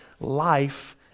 life